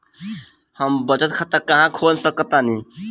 हम बचत खाता कहां खोल सकतानी?